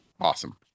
Awesome